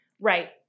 right